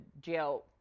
jail